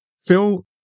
Phil